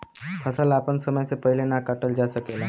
फसल आपन समय से पहिले ना काटल जा सकेला